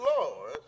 Lord